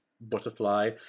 Butterfly